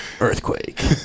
earthquake